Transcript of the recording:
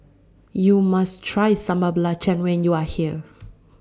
YOU must Try Sambal Belacan when YOU Are here